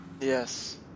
Yes